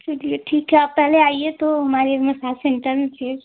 चलिए ठीक है आप पहले आइए तो हमारे मसाज सेंटर में फिर